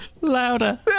Louder